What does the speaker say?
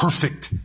perfect